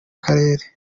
karere